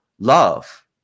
Love